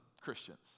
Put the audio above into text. Christians